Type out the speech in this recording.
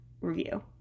review